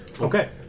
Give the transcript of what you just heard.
Okay